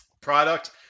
product